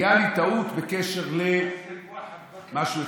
הייתה לי טעות בקשר למשהו אחד.